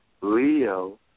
Leo